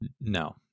No